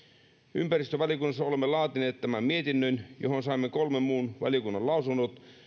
ympäristövaliokunnassa olemme laatineet tämän mietinnön johon saimme kolmen muun valiokunnan lausunnot